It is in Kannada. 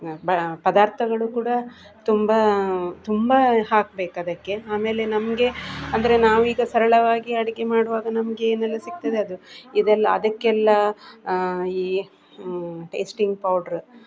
ಪದಾರ್ಥಗಳು ಕೂಡ ತುಂಬ ತುಂಬ ಹಾಕ್ಬೇಕು ಅದಕ್ಕೆ ಆಮೇಲೆ ನಮಗೆ ಅಂದರೆ ನಾವೀಗ ಸರಳವಾಗಿ ಅಡುಗೆ ಮಾಡುವಾಗ ನಮಗೇನೆಲ್ಲ ಸಿಕ್ತದೆ ಅದು ಇದೆಲ್ಲ ಅದಕ್ಕೆಲ್ಲ ಈ ಟೇಸ್ಟಿಂಗ್ ಪೌಡ್ರ್